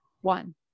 one